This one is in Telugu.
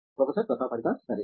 ప్రొఫెసర్ ప్రతాప్ హరిదాస్ సరే